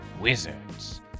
Wizards